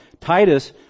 Titus